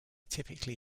typically